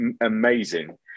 amazing